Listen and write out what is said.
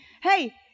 hey